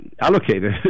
allocated